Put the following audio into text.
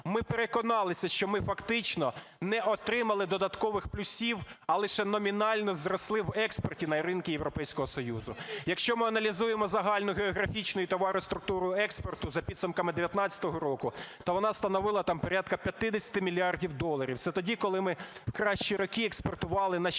Ми переконалися, що ми фактично не отримали додаткових плюсів, а лише номінально зросли в експорті на ринку Європейського Союзу. Якщо ми аналізуємо загальну географічну і товарну структуру експорту за підсумками 19-го року, то вона становила там порядку 50 мільярдів доларів. Це тоді, коли ми в кращі роки експортували на 68,